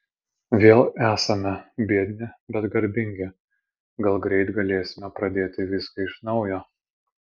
vėl esame biedni bet garbingi gal greit galėsime pradėti viską iš naujo